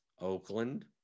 Oakland